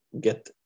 get